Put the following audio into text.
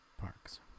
parks